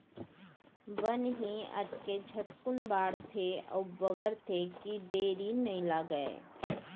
बन ही अतके झटकुन बाढ़थे अउ बगरथे कि देरी नइ लागय